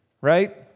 right